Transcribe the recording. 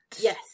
Yes